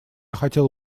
хотел